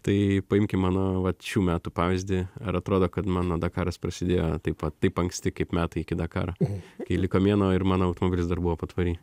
tai paimkim mano vat šių metų pavyzdį ar atrodo kad mano dakaras prasidėjo taip pat taip anksti kaip metai iki dakaro kai liko mėnuo ir mano automobilis dar buvo patvory